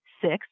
six